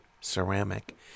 ceramic